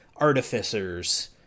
artificers